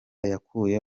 yakuye